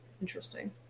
interesting